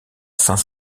saint